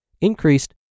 increased